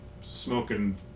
smoking